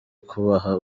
kubaha